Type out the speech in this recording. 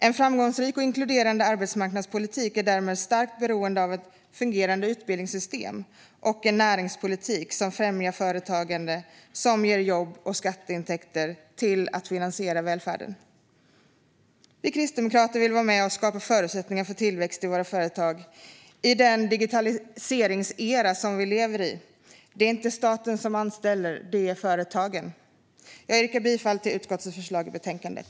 En framgångsrik och inkluderande arbetsmarknadspolitik är därmed starkt beroende av ett fungerande utbildningssystem och en näringspolitik som främjar företagande som ger jobb och skatteintäkter för att finansiera välfärden. Vi kristdemokrater vill vara med och skapa förutsättningar för tillväxt i våra företag i den digitaliseringsera som vi lever i. Det är inte staten som anställer, utan det är företagen. Jag yrkar bifall till utskottets förslag i betänkandet.